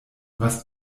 was